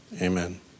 amen